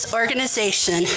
organization